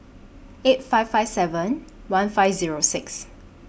eight five five seven one five Zero six